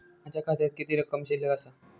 माझ्या खात्यात किती रक्कम शिल्लक आसा?